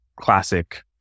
classic